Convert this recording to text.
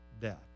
death